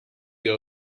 you